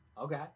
Okay